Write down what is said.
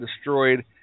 destroyed